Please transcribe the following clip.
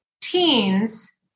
teens